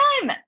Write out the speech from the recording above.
time –